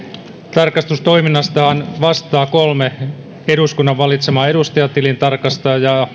tarkastustoiminnastahan vastaa kolme eduskunnan valitsemaa edustajatilintarkastajaa